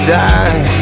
die